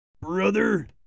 Brother